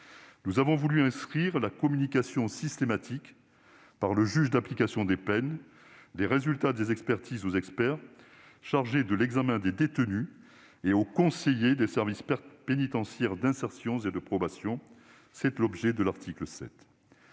Nous avons voulu inscrire la communication systématique par le juge d'application des peines des résultats des expertises aux experts chargés de l'examen des détenus et aux conseillers des services pénitentiaires d'insertion et de probation : c'est l'objet de l'article 7.